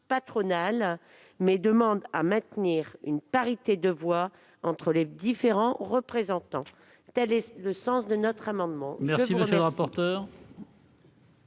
patronales, mais demandent à maintenir une parité de voix entre les différents représentants. Quel est l'avis de la commission